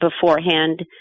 beforehand